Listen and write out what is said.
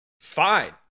Fine